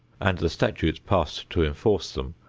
and the statutes passed to enforce them,